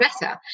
better